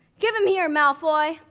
give him here, malfoy.